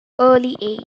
early